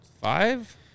Five